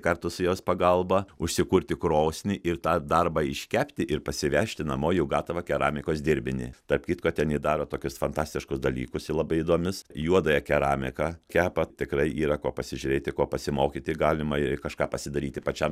kartu su jos pagalba užsikurti krosnį ir tą darbą iškepti ir pasivežti namo jau gatavą keramikos dirbinį tarp kitko ten ji daro tokius fantastiškus dalykus ji labai domius juodąją keramiką kepa tikrai yra ko pasižiūrėti ko pasimokyti galima i kažką pasidaryti pačiam